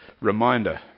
reminder